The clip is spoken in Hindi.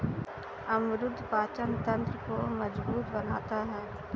अमरूद पाचन तंत्र को मजबूत बनाता है